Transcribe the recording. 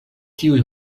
tiuj